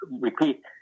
repeat